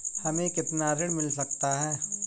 हमें कितना ऋण मिल सकता है?